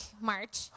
March